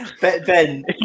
Ben